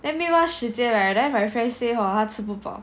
then meanwhile Shi Jian right then my friend say hor 他吃不饱